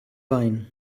wein